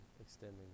extending